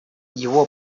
его